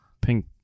pink